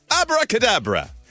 Abracadabra